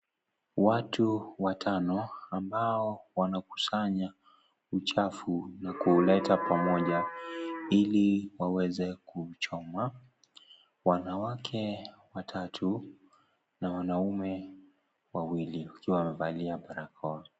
Watu watano ambao wanakusanya uchafu na kuuleta pamoja ili waweze kuuchoma, wanawake watatu na wanaume wawili wakiwa wamevalia barakoa.